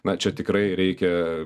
na čia tikrai reikia